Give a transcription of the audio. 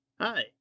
Hi